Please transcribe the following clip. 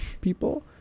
people